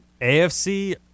AFC